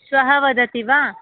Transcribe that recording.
श्वः वदति वा